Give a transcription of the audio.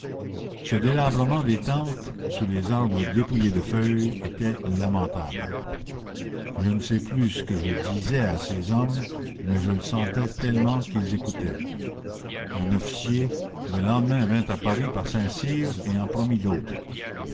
ce délabrement des tentes sous les arbres dépouillés de feuilles était lamentable je ne sais plus ce que je disais à ces hommes mais je le sentais tellement qu'ils écoutaient un officier le lendemain vint à paris par saint-cyr et en promit d'autres